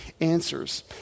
answers